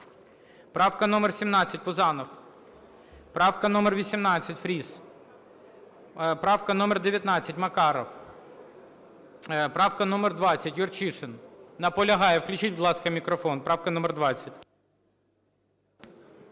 Правка номер 17, Пузанов. Правка номер 18, Фріс. Правка номер 19, Макаров. Правка номер 20, Юрчишин, наполягає. Включіть, будь ласка, мікрофон, правка номер 20.